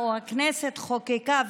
או הכנסת חוקקה,